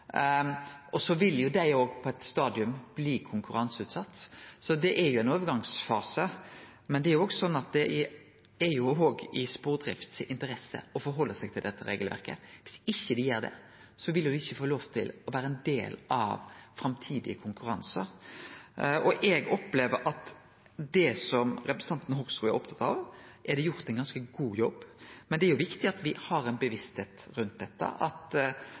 eit stadium bli konkurranseutsette, så det er ein overgangsfase, men det er òg sånn at det er i Spordrift si interesse å forhalde seg til dette regelverket. Viss dei ikkje gjer det, vil dei ikkje få lov til å vere ein del av framtidige konkurransar. Eg opplever at det som representanten er opptatt av, er det gjort ein ganske god jobb med. Men det er viktig å ha bevisstheit rundt dette – at naturleg nok departementet har det, og at styret har det – for me ønskjer jo at